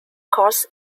course